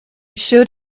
should